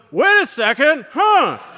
wait a second. huh.